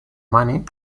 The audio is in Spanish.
money